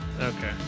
okay